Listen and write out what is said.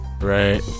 right